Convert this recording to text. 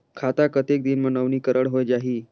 खाता कतेक दिन मे नवीनीकरण होए जाहि??